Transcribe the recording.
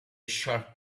shelf